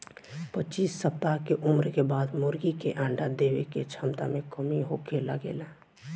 पच्चीस सप्ताह के उम्र के बाद मुर्गी के अंडा देवे के क्षमता में कमी होखे लागेला